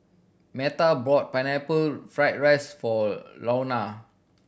Meta bought Pineapple Fried rice for Luana